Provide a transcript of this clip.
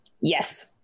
Yes